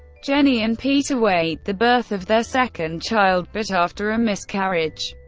jenny and pete await the birth of their second child, but after a miscarriage,